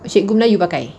cikgu melayu pakai